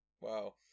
Wow